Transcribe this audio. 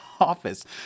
office